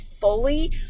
fully